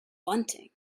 bunting